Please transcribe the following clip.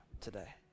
today